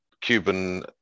Cuban